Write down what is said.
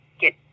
get